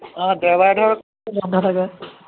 অঁ দেওবাৰে ধৰ বন্ধ থাকে